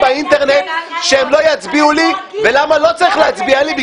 באינטרנט שהם לא יצביעו לי ולמה לא צריך להצביע לי,